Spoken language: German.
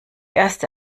erste